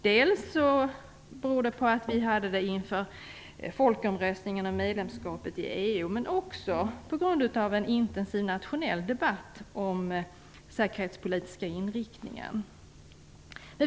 Det beror dels på att vi hade en sådan diskussion inför folkomröstningen om medlemskapet i EU, dels på en intensiv nationell debatt om den säkerhetspolitiska inriktningen.